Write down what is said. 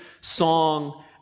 song